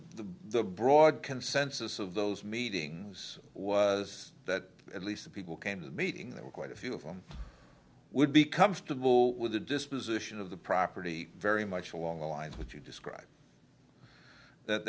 the broad consensus of those meetings was that at least the people kind of meeting there were quite a few of them would be comfortable with the disposition of the property very much along the lines what you described that